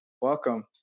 Welcome